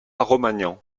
romagnan